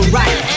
right